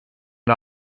and